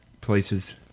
places